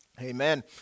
Amen